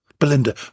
Belinda